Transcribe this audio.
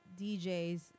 DJs